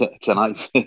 tonight